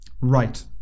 Right